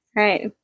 right